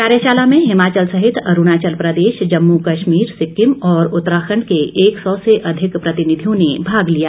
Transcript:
कार्यशाला में हिमाचल सहित अरुणाचल प्रदेश जम्मू कश्मीर सिक्किम और उत्तराखंड के एक सौ से अधिक प्रतिनिधियों ने भाग लिया